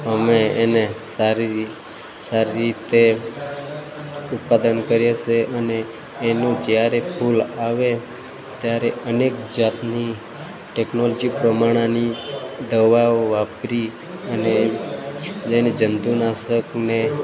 અમે એને સારી સારી રીતે ઉત્પાદન કરીએ છીએ અને એનું જ્યારે ફૂલ આવે ત્યારે અનેક જાતની ટેકનોલોજી પ્રમાણેની દવાઓ વાપરી અને જે એને જંતુનાશકને